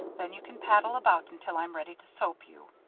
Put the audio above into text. then you can paddle about until i'm ready to soap you.